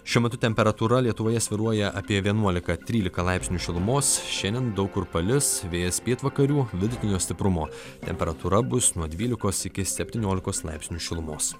šiuo metu temperatūra lietuvoje svyruoja apie vienuolika trylika laipsnių šilumos šiandien daug kur palis vėjas pietvakarių vidutinio stiprumo temperatūra bus nuo dvylikos iki septyniolikos laipsnių šilumos